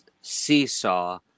seesaw